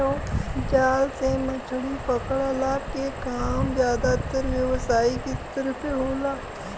जाल से मछरी पकड़ला के काम जादातर व्यावसायिक स्तर पे होला